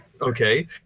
Okay